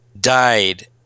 died